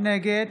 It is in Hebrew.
נגד